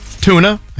Tuna